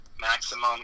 maximum